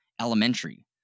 elementary